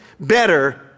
better